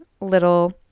little